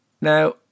now